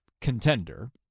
Contender